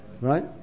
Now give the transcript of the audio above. right